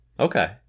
Okay